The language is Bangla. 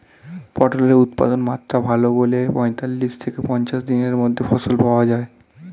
পটলের উৎপাদনমাত্রা ভালো বলে পঁয়তাল্লিশ থেকে পঞ্চাশ দিনের মধ্যে ফসল পাওয়া যায়